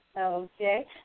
Okay